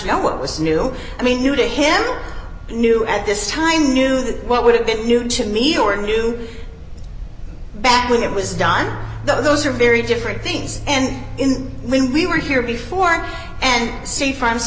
know what was new i mean new to him new at this time knew that what would have been you to meet or knew back when it was done those are very different things and when we were here before and see f